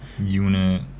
Unit